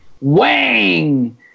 Wang